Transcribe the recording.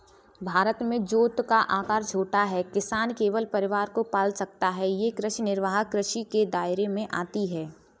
भारत में जोत का आकर छोटा है, किसान केवल परिवार को पाल सकता है ये कृषि निर्वाह कृषि के दायरे में आती है